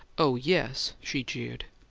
oh, yes! she jeered.